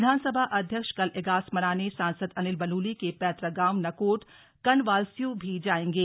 विधानसभा अध्यक्ष कल इगास मनाने सांसद अनिल बलूनी के पैतृक गांव नकोट कंडवालस्यु भी जाएंगे